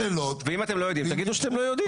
ואם אתם לא יודעים, תגידו שאתם לא יודעים.